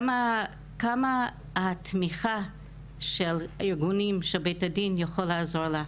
וכמה התמיכה של ארגונים, שבית הדין יכול לעזור לה.